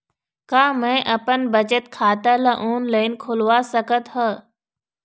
का मैं अपन बचत खाता ला ऑनलाइन खोलवा सकत ह?